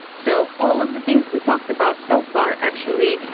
so all of the things we talked about so far, actually,